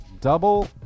double